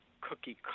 cookie